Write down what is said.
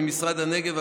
ממשרד הנגב,